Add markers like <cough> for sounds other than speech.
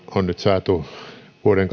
on nyt saatu vuoden <unintelligible>